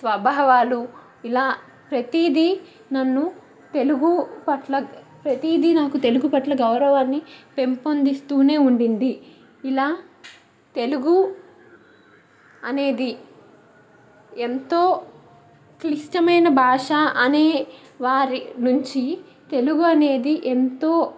స్వభావాలు ఇలా ప్రతీదీ నన్ను తెలుగు పట్ల ప్రతీదీ నాకు తెలుగు పట్ల గౌరవాన్ని పెంపొందిస్తూనే ఉండింది ఇలా తెలుగు అనేది ఎంతో క్లిష్టమైన భాష అనే వారి నుంచి తెలుగు అనేది ఎంతో